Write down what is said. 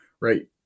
right